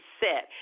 set